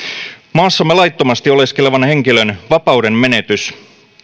maassamme laittomasti oleskelevan henkilön vapaudenmenetys